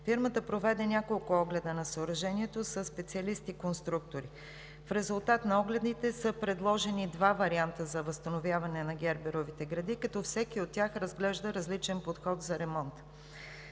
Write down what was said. фирмата проведе няколко огледа на съоръжението със специалисти конструктори. В резултат на огледите са предложени два варианта за възстановяване на герберовите греди, като всеки от тях разглежда различен подход за ремонт.